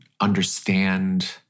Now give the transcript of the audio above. understand